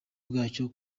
bwacyo